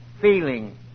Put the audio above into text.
feeling